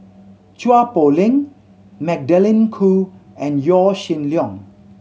Chua Poh Leng Magdalene Khoo and Yaw Shin Leong